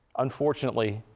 unfortunately,